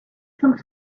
some